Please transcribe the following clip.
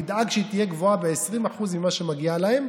נדאג שהיא תהיה גבוהה ב-20% ממה שמגיע להם,